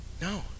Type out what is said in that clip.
No